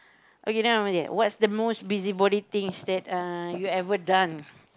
okay what is the most busybody things that uh you ever done